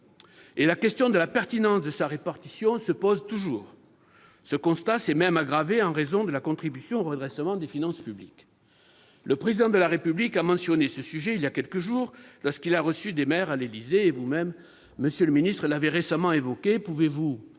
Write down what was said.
et la question de la pertinence de sa répartition continue de se poser. Ce constat s'est même aggravé en raison de la contribution au redressement des finances publiques. Le Président de la République a mentionné le sujet voilà quelques jours, lorsqu'il a reçu des maires à l'Élysée, et vous-même l'avez récemment évoqué, monsieur